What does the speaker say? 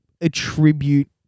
attribute